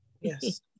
yes